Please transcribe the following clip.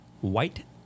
white